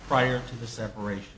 prior to the separation